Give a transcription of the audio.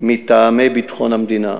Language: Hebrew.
מטעמי ביטחון המדינה.